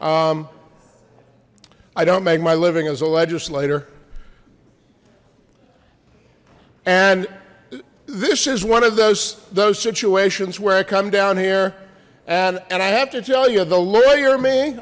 i don't make my living as a legislator and this is one of those those situations where i come down here and and i have to tell you the lawyer me